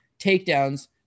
Takedowns